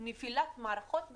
שיש נפילת מערכות בנמל.